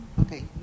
Okay